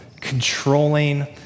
controlling